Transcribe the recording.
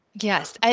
Yes